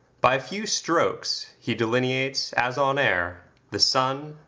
by a few strokes he delineates, as on air, the sun,